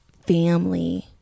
family